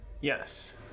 Yes